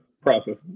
Process